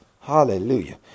Hallelujah